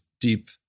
deep